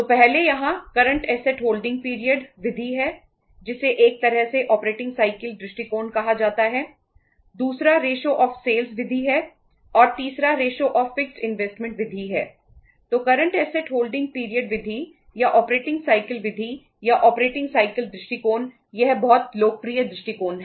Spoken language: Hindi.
तो पहले यहाँ करंट एसेट्स होल्डिंग पीरियड दृष्टिकोण यह बहुत लोकप्रिय दृष्टिकोण है